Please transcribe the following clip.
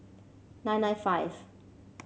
nine nine five